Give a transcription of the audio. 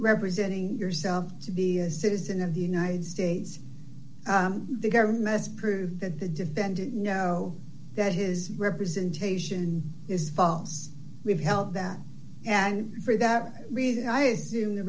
representing yourself to be a citizen of the united states the government's prove that the defendant know that his representation is false we've held that and for that reason i assume the